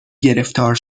گرفتار